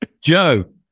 Joe